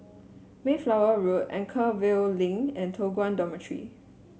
Mayflower Road Anchorvale Link and Toh Guan Dormitory